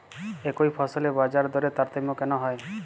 একই ফসলের বাজারদরে তারতম্য কেন হয়?